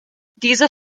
dieser